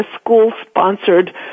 school-sponsored